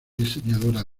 diseñadora